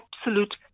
absolute